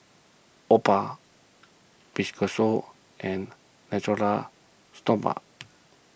Oppo Fibrosol and Natura Stoma